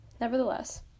nevertheless